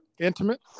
Intimate